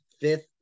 fifth